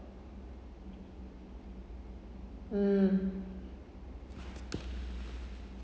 mm